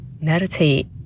Meditate